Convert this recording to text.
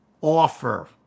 offer